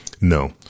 No